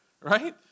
right